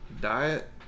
diet